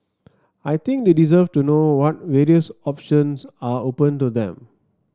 I think they deserve to know what various options are open to them